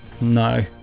No